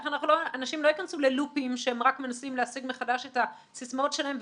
אנשים לא ייכנסו ללופים שהם רק מנסים להשיג מחדש את הסיסמאות שלהם,